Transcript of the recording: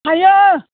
हायो